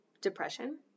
depression